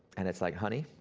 and it's like honey,